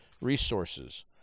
Resources